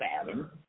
Adam